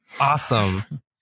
awesome